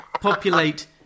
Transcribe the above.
populate